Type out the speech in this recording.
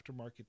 aftermarket